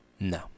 No